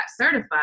certified